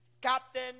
captain